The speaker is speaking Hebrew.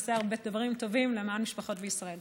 ושנעשה הרבה דברים טובים למען משפחות בישראל.